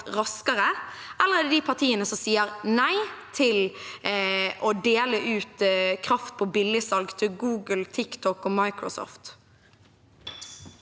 eller er det de partiene som sier nei til å dele ut kraft på billigsalg til Google, TikTok og Microsoft?